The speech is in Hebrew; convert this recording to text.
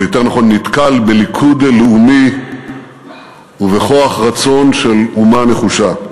או יותר נכון נתקל בליכוד לאומי ובכוח רצון של אומה נחושה,